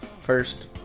First